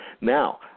Now